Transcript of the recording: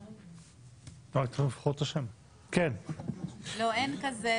לא, אין כזה.